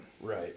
Right